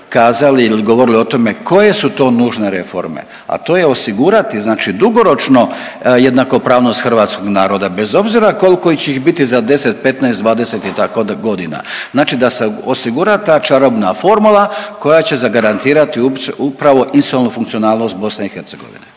kazali ili govorili o tome koje su to nužne reforme. A to je osigurati znači dugoročno jednakopravnost hrvatskog naroda bez obzira koliko će ih biti za 10, 15, 20 i tako godina. Znači da se osigura ta čarobna formula koja će zagarantirati upravo institucionalnu funkcionalnost BiH na ovim